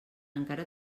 encara